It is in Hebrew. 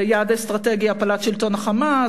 יעד אסטרטגי הפלת שלטון ה"חמאס",